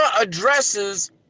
addresses